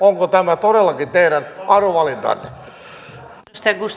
onko tämä todellakin teidän arvovalintanne